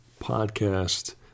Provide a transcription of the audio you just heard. podcast